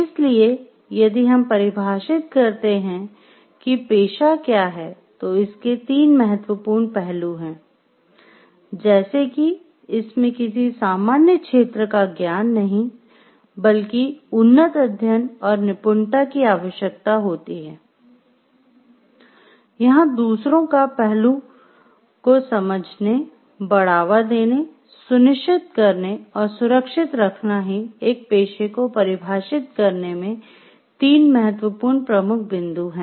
इसलिए यदि हम परिभाषित करते हैं कि पेशा क्या है तो इसके तीन महत्वपूर्ण पहलू हैं जैसे कि इसमें किसी सामान्य क्षेत्र का ज्ञान नहीं बल्कि उन्नत अध्ययन और निपुणता की आवश्यकता होती है यहाँ दूसरों का पहलू को समझने बढ़ावा देने सुनिश्चित करने और सुरक्षित रखना ही एक पेशे को परिभाषित करने में तीन महत्वपूर्ण प्रमुख बिंदु हैं